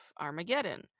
Armageddon